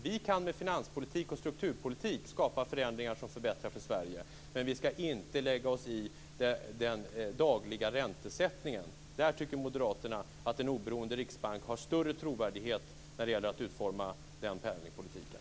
Vi kan med finanspolitik och strukturpolitik skapa förändringar som förbättrar för Sverige, men vi skall inte lägga oss i den dagliga räntesättningen. Moderaterna tycker att en oberoende riksbank har större trovärdighet när det gäller att utforma den penningpolitiken.